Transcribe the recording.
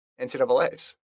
NCAAs